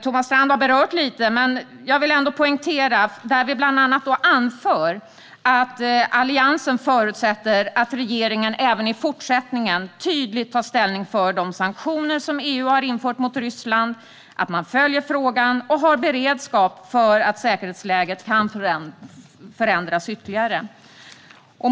Thomas Strand har berört det, men jag vill ändå poängtera att vi bland annat anför att Alliansen förutsätter att regeringen även i fortsättningen tydligt tar ställning för de sanktioner som EU har infört mot Ryssland, att man följer frågan och har beredskap för att säkerhetsläget kan förändras ytterligare.